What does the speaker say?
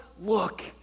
look